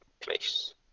place